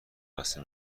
بسته